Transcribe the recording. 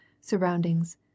surroundings